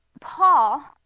Paul